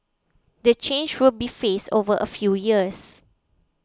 the change will be phased over a few years